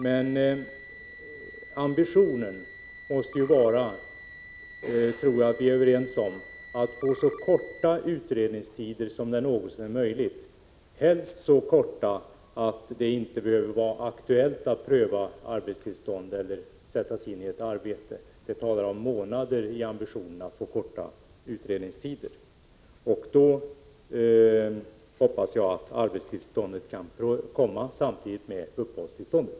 Men ambitionen måste vara — det tror jag att vi är överens om — att få så korta utredningstider som det någonsin är möjligt, helst så korta att det inte behöver bli aktuellt att pröva frågan om arbetstillstånd eller för flyktingen att sätta sig in i ett arbete. Vi talar om månader när det gäller ambitionen att förkorta utredningstiderna. Jag hoppas att arbetstillståndet kan komma samtidigt med uppehållstillståndet.